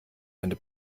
eine